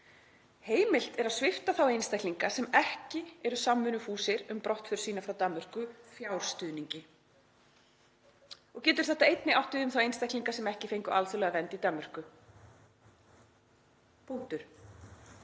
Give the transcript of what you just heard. Heimilt er að svipta þá einstaklinga sem ekki eru samvinnufúsir um brottför sína frá Danmörku fjárstuðningi og getur þetta einnig átt við um þá einstaklinga sem ekki fengu alþjóðlega vernd í Danmörku. —